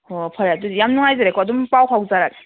ꯍꯣꯍꯣꯏ ꯐꯔꯦ ꯑꯗꯨꯗꯤ ꯌꯥꯝ ꯅꯨꯡꯉꯥꯏꯖꯔꯦꯀꯣ ꯑꯗꯨꯝ ꯄꯥꯎ ꯐꯥꯎꯖꯔꯛꯑꯒꯦ